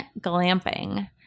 glamping